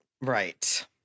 Right